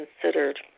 considered